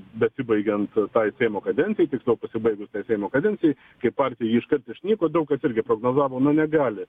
besibaigiant tai seimo kadencijai tiksliau pasibaigus tai seimo kadencijai kaip partija ji iškart išnyko daug kas irgi prognozavo na negali